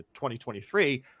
2023